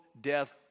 death